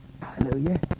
Hallelujah